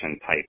type